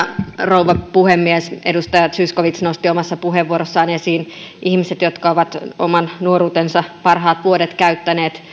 rouva puhemies edustaja zyskowicz nosti omassa puheenvuorossaan esiin ihmiset jotka ovat oman nuoruutensa parhaat vuodet käyttäneet